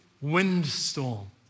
windstorm